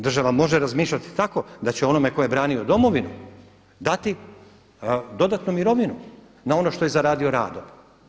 Država može razmišljati tako da će onome tko je branio Domovinu dati dodatnu mirovinu na ono što je zaradio radom.